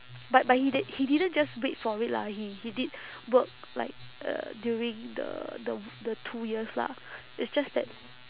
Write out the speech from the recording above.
but but he di~ he didn't just wait for it lah he he did work like uh during the the w~ the two years lah it's just that